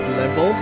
level